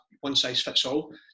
one-size-fits-all